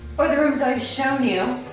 or the rooms i've shown you,